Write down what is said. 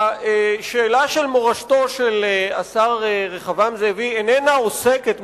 השאלה של מורשתו של השר רחבעם זאבי איננה עוסקת,